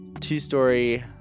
two-story